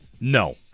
No